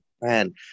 man